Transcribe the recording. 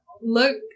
look